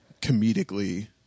comedically